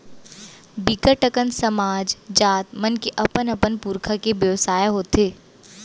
बिकट अकन समाज, जात मन के अपन अपन पुरखा के बेवसाय हाथे